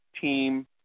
team